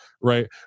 Right